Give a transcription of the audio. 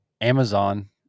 Amazon